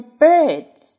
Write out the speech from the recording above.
birds